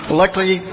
luckily